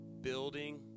building